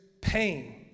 pain